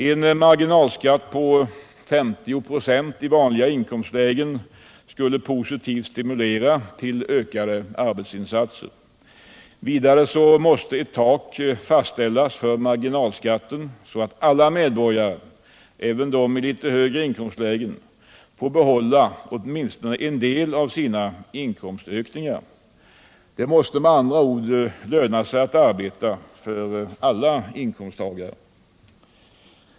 En marginalskatt på 50 26 i vanliga inkomstlägen skulle positivt stimulera till ökade arbetsinsatser. Vidare måste ett tak fastställas för marginalskatten så att alla medborgare — även de i litet högre inkomstlägen — får behålla åtminstone en del av sina inkomstökningar. Det måste löna sig att arbeta — för alla inkomsttagare.